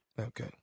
Okay